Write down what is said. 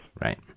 Right